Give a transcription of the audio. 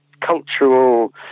cultural